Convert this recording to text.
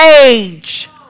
age